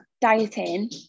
dieting